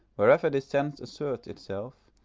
wherever this sense asserts itself,